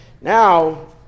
Now